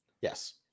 Yes